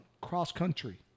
Cross-country